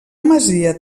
masia